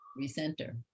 recenter